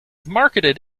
marketed